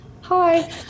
hi